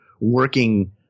working